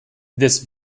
this